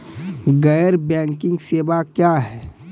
गैर बैंकिंग सेवा क्या हैं?